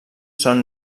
són